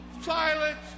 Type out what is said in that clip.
silence